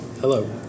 Hello